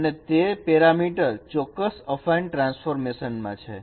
અને તે પેરામીટર ચોક્કસ અફાઈન ટ્રાન્સફોર્મેશન માં છે